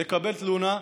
לקבל תלונה.